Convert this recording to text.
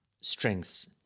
strengths